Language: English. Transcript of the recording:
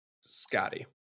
Scotty